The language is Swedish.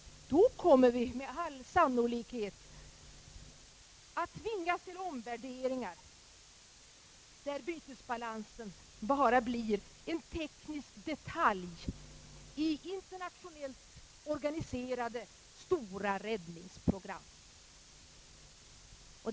Då kommer vi med all sannolikhet att tvingas till omvärderingar, där bytesbalansen bara blir en teknisk detalj i internationellt organiserade stora räddningsprogram.